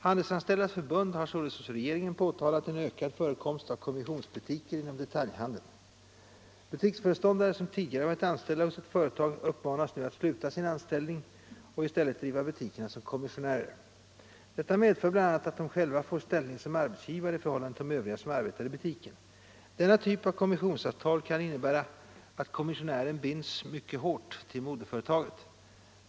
Handelsanställdas förbund har sålunda hos regeringen påtalat en ökad förekomst av kommissionsbutiker inom detaljhandeln. Butiksföreståndare som tidigare varit anställda hos ett företag uppmanas nu att sluta sin anställning och i stället driva butikerna som kommissionärer. Detta medför bl.a. att de själva får ställning som arbetsgivare i förhållande till de övriga som arbetar i butiken. Denna typ av kommissionsavtal kan innebära att kommissionären binds mycket hårt till moderföretaget.